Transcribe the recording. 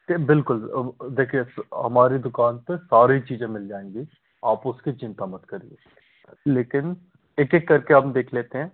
जी बिल्कुल देखिए हमारी दुकान पर सारी चीज़ें मिल जाएंगी आप उसकी चिंता मत करिए लेकिन एक एक कर के आप देख लेते हैं